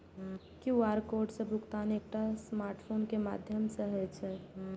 QR code सं भुगतान एकटा स्मार्टफोन के माध्यम सं होइ छै